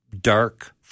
dark